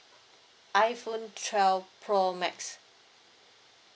iphone twelve pro max